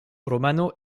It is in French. romano